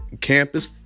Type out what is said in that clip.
campus